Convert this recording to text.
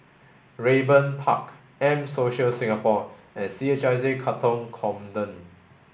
Raeburn Park M Social Singapore and C H I J Katong